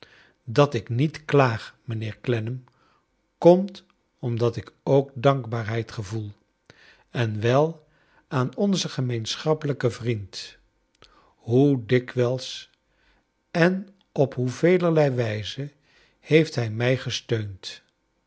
dat ik niet klaag mijnheer clennam komt omdat ik ook dankbaarheid gevoel en wel aan onzen gemeenscliappelijken vriend hoe dikwijls en op hoe velerlei wijzen heeft hij mij gesteund